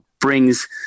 brings